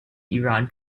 iran